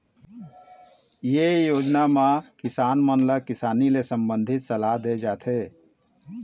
ए योजना म किसान मन ल किसानी ले संबंधित सलाह दे जाथे